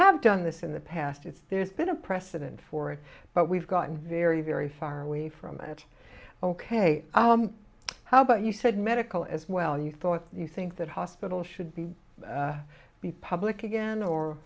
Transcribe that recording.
have done this in the past it's there's been a precedent for it but we've gotten very very far away from it ok how about you said medical as well you thought you think that hospitals should be the public again or